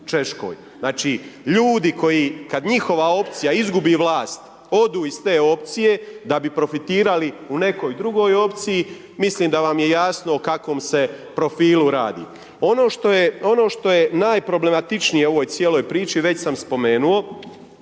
Češkoj, znači ljudi, kada njihova opcija izgubi vlast, odu iz te opciji da bi profitirali u nekoj drugoj opciji, mislim da vam je jasno o kakvom se profilu radi. Ono što je najproblematičnije u ovoj cijeloj priči, već sam spomenuo,